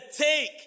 take